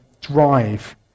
drive